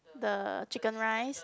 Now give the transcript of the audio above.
the chicken rice